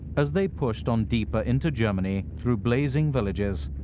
as they pushed on deeper into germany through blazing villages,